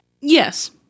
Yes